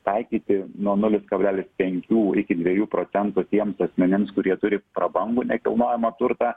taikyti nuo nulis kablelis penkių iki dviejų procentų tiems asmenims kurie turi prabangų nekilnojamą turtą